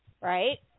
right